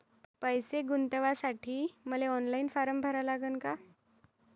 पैसे गुंतवासाठी मले ऑनलाईन फारम भरा लागन का?